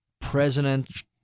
president